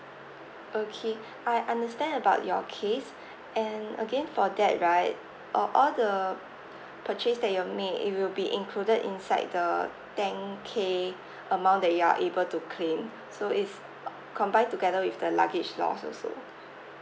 okay I understand about your case and again for that right uh all the purchase that you have made it will be included inside the ten K amount that you are able to claim so it's combined together with the luggage loss also